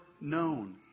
known